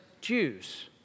Jews